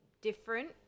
different